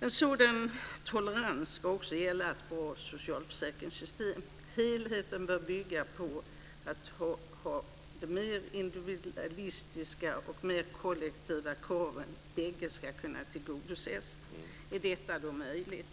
En sådan tolerans ska också gälla i ett bra socialförsäkringssystem. Helheten bör bygga på att både de mer individualistiska och de mer kollektiva kravet kan tillgodoses. Är detta då möjligt?